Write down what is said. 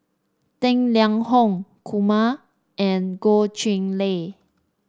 Tang Liang Hong Kumar and Goh Chiew Lye